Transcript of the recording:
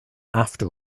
after